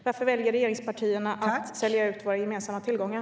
Varför väljer regeringspartierna att sälja ut våra gemensamma tillgångar?